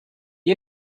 you